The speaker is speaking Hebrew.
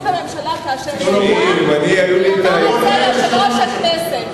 לממשלה כאשר יאמר את זה יושב-ראש הכנסת.